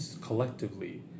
collectively